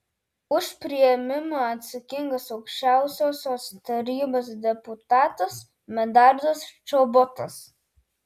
už priėmimą atsakingas aukščiausiosios tarybos deputatas medardas čobotas